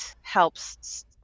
helps